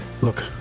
Look